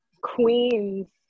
queens